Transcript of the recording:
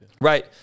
Right